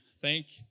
thank